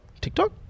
TikTok